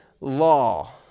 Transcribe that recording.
law